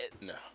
No